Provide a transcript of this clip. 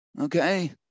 Okay